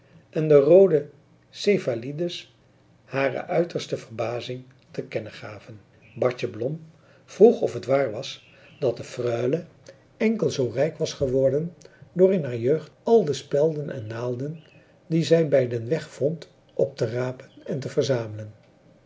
en roode céphalides hare uiterste verbazing te kennen gaven bartje blom vroeg of het waar was dat de freule enkel zoo rijk was geworden door in haar jeugd al de spelden en naalden die zij bij den weg vond op te rapen en te verzamelen